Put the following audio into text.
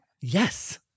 Yes